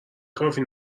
کافی